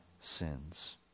sins